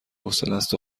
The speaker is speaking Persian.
حوصلست